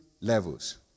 levels